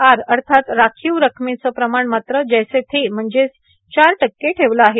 R अर्थात राखीव रकमेचं प्रमाण मात्र जैसे थे म्हणजेच चार टक्के ठेवलं आहे